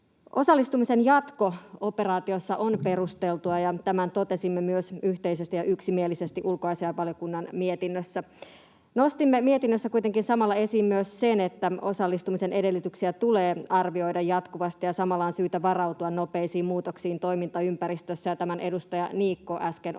osallistumisen jatko on perusteltua, ja tämän totesimme myös yhteisesti ja yksimielisesti ulkoasiainvaliokunnan mietinnössä. Nostimme mietinnössä kuitenkin samalla esiin myös sen, että osallistumisen edellytyksiä tulee arvioida jatkuvasti ja samalla on syytä varautua nopeisiin muutoksiin toimintaympäristössä, ja tämän myös edustaja Niikko äsken omassa